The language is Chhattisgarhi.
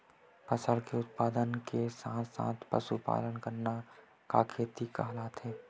फसल के उत्पादन के साथ साथ पशुपालन करना का खेती कहलाथे?